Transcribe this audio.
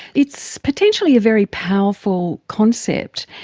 it's potentially a very powerful concept.